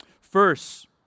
First